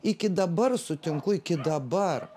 iki dabar sutinku iki dabar